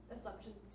assumptions